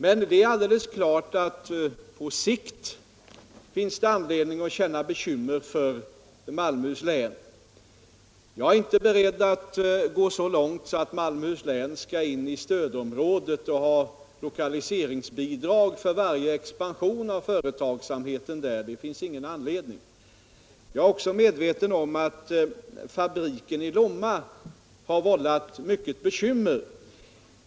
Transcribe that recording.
Men det är alldeles klart att det på sikt finns anledning att känna bekymmer för Malmöhus län. Jag är inte beredd att gå så långt som att Malmöhus län skall in i stödområdet och ha lokaliseringsbidrag för varje expansion av företagsamheten där. Det finns ingen anledning till det. Jag är också medveten om att fabriken i Lomma har vållat mycket bekymmer.